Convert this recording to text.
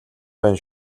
байна